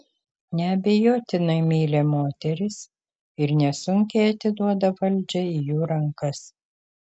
neabejotinai myli moteris ir nesunkiai atiduoda valdžią į jų rankas